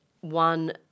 one